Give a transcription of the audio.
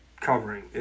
covering